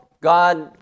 God